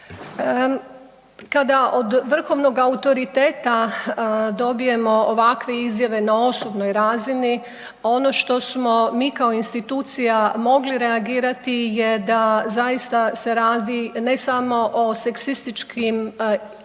Kada od vrhovnog autoriteta dobijemo ovakve izjave na osobnoj razini, ono što smo mi kao institucija mogli reagirati je da zaista se radi ne samo o seksističkim rekla